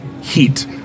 heat